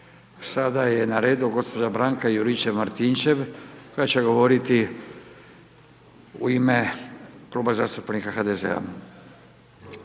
Sada je na redu gđa. Branka Juričev-Martinčev koja će govoriti u ime Kluba zastupnika HDZ-a.